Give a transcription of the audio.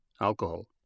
alcohol